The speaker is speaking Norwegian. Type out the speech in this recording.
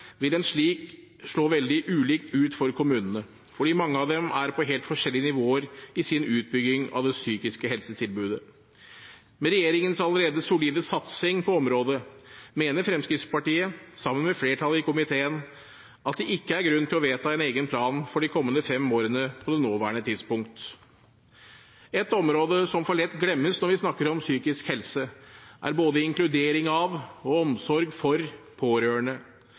vil en slik slå veldig ulikt ut for kommunene, fordi mange av dem er på helt forskjellige nivåer i sin utbygging av det psykiske helsetilbudet. Med regjeringens allerede solide satsing på området mener Fremskrittspartiet – sammen med flertallet i komiteen – at det ikke er grunn til å vedta en egen plan for de kommende fem årene på det nåværende tidspunkt. Et område som for lett glemmes når vi snakker om psykisk helse, er både inkludering av – og omsorg for – pårørende.